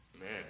Man